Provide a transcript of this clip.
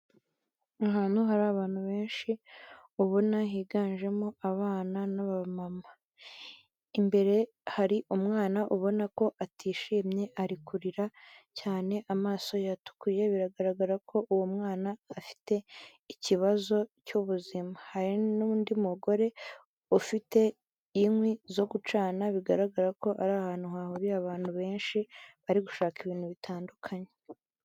Ahantu hari abantu benshi, ubona higanjemo abana n'aba mama, imbere hari umwana ubona ko atishimye, ari kurira cyane amaso yatukuye, biragaragara ko uwo mwana afite ikibazo cy'ubuzima, hari n'undi mugore ufite inkwi zo gucana, bigaragara ko ari ahantu hahuriye abantu benshi, bari gushaka ibintu bitandukanye.